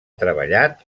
treballat